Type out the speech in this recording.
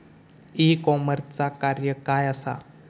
E कॉमर्सचा कार्य काय असा?